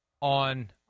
on